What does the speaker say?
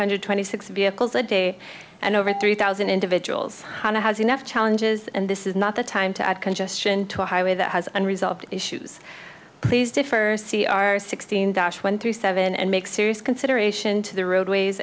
hundred twenty six vehicles a day and over three thousand individuals has enough challenges and this is not the time to add congestion to a highway that has unresolved issues pleased for c r sixteen dash one through seven and make serious consideration to the roadways